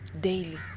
daily